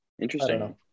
interesting